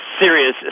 serious